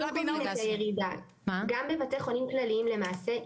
גם בבתי חולים כלליים למעשה,